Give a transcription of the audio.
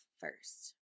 first